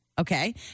okay